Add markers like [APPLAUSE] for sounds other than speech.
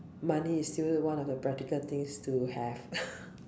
money is still one of the practical things to have [LAUGHS]